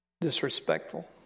disrespectful